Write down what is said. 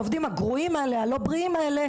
העובדים הגרועים והלא בריאים האלה,